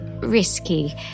risky